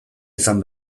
izan